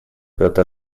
петр